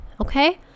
Okay